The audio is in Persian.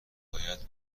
باید